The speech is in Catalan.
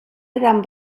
eren